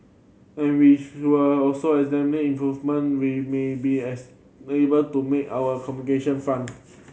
and we also examine improvement we may be as able to make our communication front